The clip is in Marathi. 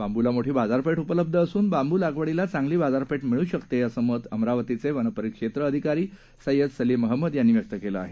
बांबूला मोठी बाजारपेठ उपलब्ध असून बांबू लागवडीला चांगली बाजारपेठ मिळू शकते असं मत अमरावतीचे वनपरिक्षेत्र अधिकारी सय्यद सलीम अहमद यांनी व्यक्त केलं आहे